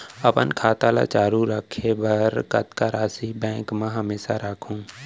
अपन खाता ल चालू रखे बर कतका राशि बैंक म हमेशा राखहूँ?